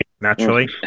naturally